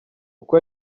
uko